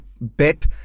bet